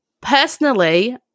personally